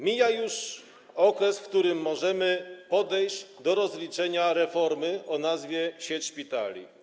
Mija już okres, w którym możemy podejść do rozliczenia reformy o nazwie: sieć szpitali.